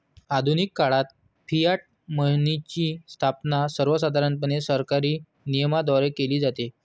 आधुनिक काळात फियाट मनीची स्थापना सर्वसाधारणपणे सरकारी नियमनाद्वारे केली जाते